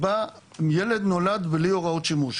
ילד נולד בלי הוראות שימוש.